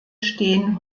stehen